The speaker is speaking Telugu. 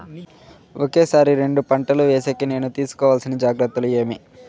ఒకే సారి రెండు పంటలు వేసేకి నేను తీసుకోవాల్సిన జాగ్రత్తలు ఏమి?